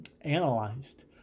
analyzed